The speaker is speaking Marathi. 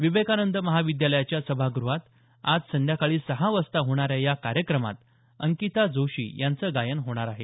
विवेकानंद महाविद्यालयाच्या सभागृहात आज सायंकाळी सहा वाजता होणाऱ्या या कार्यक्रमात अंकिता जोशी यांचं गायन होणार आहे